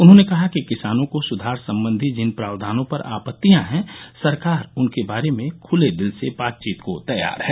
उन्होंने कहा कि किसानों को सुधार संबंधी जिन प्राव्यानों पर आपत्तियां हैं सरकार उनके बारे में खुले दिल से बातचीत को तैयार है